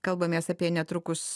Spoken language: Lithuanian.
kalbamės apie netrukus